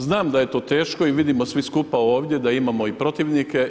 Znam da je to teško i vidimo svi skupa ovdje da imamo i protivnike.